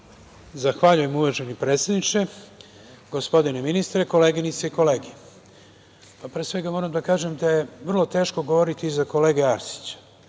Zahvaljujem, uvaženi predsedniče. Gospodine ministre, koleginice i kolege, pre svega moram da kažem da je vrlo teško govoriti iza kolege Arsića